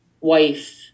wife